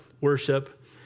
worship